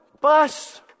bus